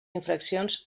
infraccions